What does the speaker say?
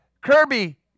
Kirby